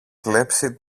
κλέψει